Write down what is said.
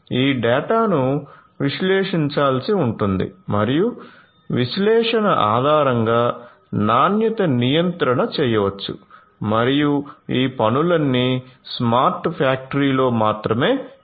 ఈ డేటాను విశ్లేషించాల్సి ఉంటుంది మరియు విశ్లేషణ ఆధారంగా నాణ్యత నియంత్రణ చేయవచ్చు మరియు ఈ పనులన్నీ స్మార్ట్ ఫ్యాక్టరీలో మాత్రమే చేయవచ్చు